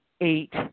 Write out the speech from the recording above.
eight